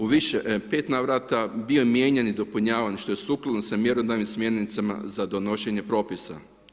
U pet navrata bio je mijenjan i dopunjavan što je sukladno sa mjerodavnim smjernicama za donošenje propisa.